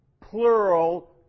plural